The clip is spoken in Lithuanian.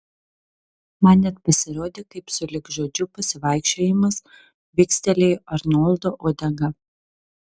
man net pasirodė kaip sulig žodžiu pasivaikščiojimas vikstelėjo arnoldo uodega